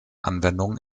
anwendung